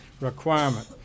requirement